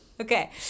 Okay